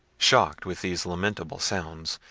shocked with these lamentable sounds,